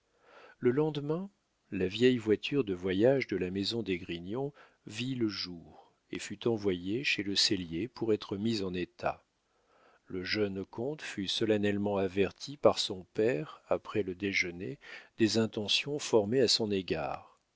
le lendemain la vieille voiture de voyage de la maison d'esgrignon vit le jour et fut envoyée chez le sellier pour être mise en état le jeune comte fut solennellement averti par son père après le déjeuner des intentions formées à son égard